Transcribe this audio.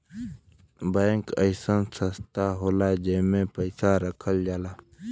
bank अइसन संस्था होला जेमन पैसा रखल जाला